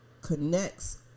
connects